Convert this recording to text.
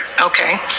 Okay